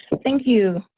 thank you.